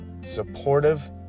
supportive